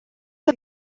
que